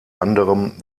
anderem